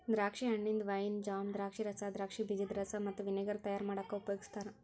ದ್ರಾಕ್ಷಿ ಹಣ್ಣಿಂದ wine, jam, ದ್ರಾಕ್ಷಿರಸ, ದ್ರಾಕ್ಷಿ ಬೇಜದ ರಸ ಮತ್ತ ವಿನೆಗರ್ ತಯಾರ್ ಮಾಡಾಕ ಉಪಯೋಗಸ್ತಾರ